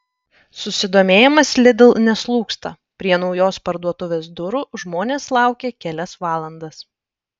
susidomėjimas lidl neslūgsta prie naujos parduotuvės durų žmonės laukė kelias valandas